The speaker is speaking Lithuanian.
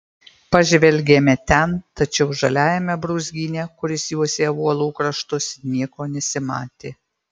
pažvelgėme ten tačiau žaliajame brūzgyne kuris juosė uolų kraštus nieko nesimatė